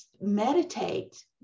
meditate